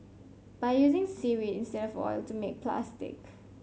by using seaweed instead of oil to make plastic